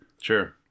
Sure